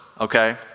okay